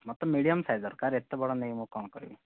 ମତେ medium size ଦରକାର ଏତେ ବଡ଼ ନେଇ ମୁଁ କ'ଣ କରିବି